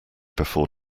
before